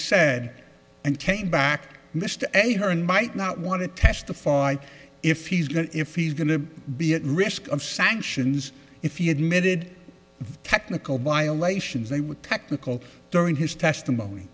said and came back mr a turn might not want to testify if he's going if he's going to be at risk of sanctions if you admitted technical violations they would technical during his testimony